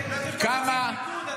ים, יבשה, ים, יבשה.